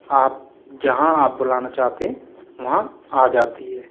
आप जहाँ आप बुलाना चाहते हैं वहाँ आ जाती है